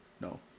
No